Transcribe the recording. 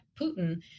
Putin